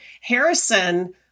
Harrison